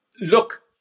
Look